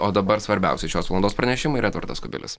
o dabar svarbiausi šios valandos pranešimai ir edvardas kubilius